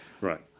Right